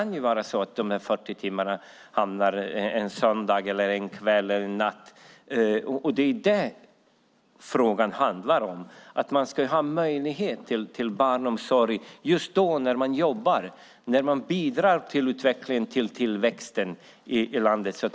De 40 timmarna kan hamna en söndag, en kväll eller en natt. Det är det som frågan handlar om. Man ska ha möjlighet till barnomsorg just när man jobbar och bidrar till tillväxten i landet.